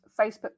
facebook